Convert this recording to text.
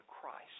Christ